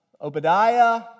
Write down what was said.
Obadiah